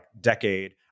decade